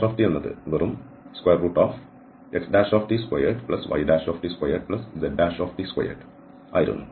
r ഇത് വെറും xt2yt2zt2 ആയിരുന്നു